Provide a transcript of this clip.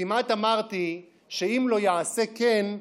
כמעט אמרתי שאם לא יעשה כן,